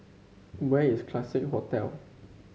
where is Classique Hotel